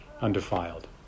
undefiled